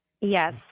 Yes